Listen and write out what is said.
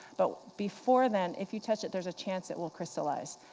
but before then if you touch it, there's a chance it will crystallize.